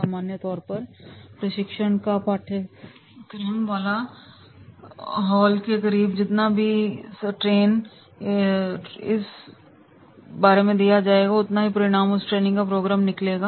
सामान्य तौर पर प्रशिक्षण का पाठ्यक्रम वाला हॉल के करीब जितना सभी ट्रेन इस जा पाएंगे उतना ही ज्यादा अच्छा परिणाम उस ट्रेनिंग प्रोग्राम का निकलेगा